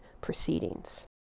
proceedings